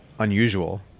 unusual